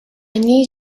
need